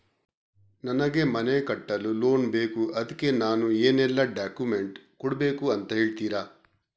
ನನಗೆ ಮನೆ ಕಟ್ಟಲು ಲೋನ್ ಬೇಕು ಅದ್ಕೆ ನಾನು ಏನೆಲ್ಲ ಡಾಕ್ಯುಮೆಂಟ್ ಕೊಡ್ಬೇಕು ಅಂತ ಹೇಳ್ತೀರಾ?